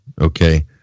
okay